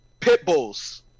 Pitbulls